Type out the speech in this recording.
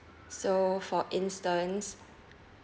so for instance